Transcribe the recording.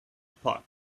pot